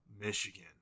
Michigan